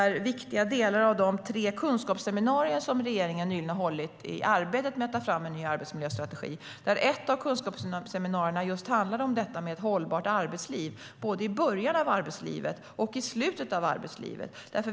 Regeringen har nyligen hållit tre kunskapsseminarier i arbetet med att ta fram en ny arbetsmiljöstrategi, och ett av kunskapsseminarierna handlade om just detta med ett hållbart arbetsliv, både i början av arbetslivet och i slutet av arbetslivet.